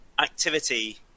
activity